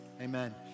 Amen